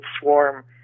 swarm